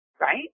right